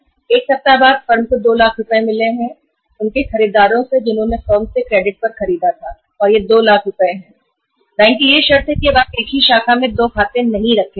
1 सप्ताह बाद फर्म को 2 लाख रुपए उनके खरीदारों से मिलते हैं जिन्होंने फर्म से क्रेडिट पर ख़रीदा है और तो बैंक की यह शर्त है कि अब आप एक ही शाखा में दो खाते नहीं रखेंगे